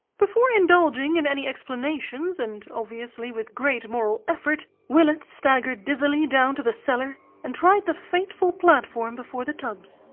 before indulging in any explanations, and obviously with great moral effort, willett staggered dizzily down to the cellar and tried the fateful platform before the tubs.